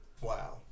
Wow